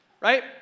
right